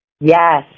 Yes